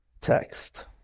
text